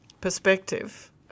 perspective